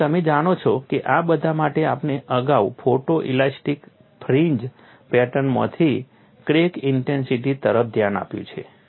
અને તમે જાણો છો કે આ બધા માટે આપણે અગાઉ ફોટોઇલાસ્ટિક ફ્રિન્જ પેટર્નમાંથી ક્રેક ઇન્ટેન્સિટી તરફ ધ્યાન આપ્યું છે